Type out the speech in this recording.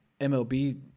MLB